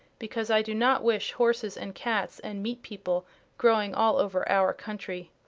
because i do not wish horses and cats and meat people growing all over our country.